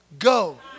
Go